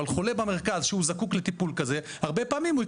חולה במרכז שזקוק לטיפול כזה הרבה פעמים,